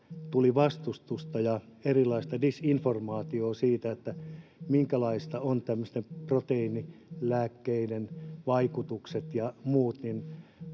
tuli vastustusta ja erilaista disinformaatiota siitä, minkälaisia ovat tämmöisten proteiinilääkkeiden vaikutukset ja muut,